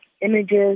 images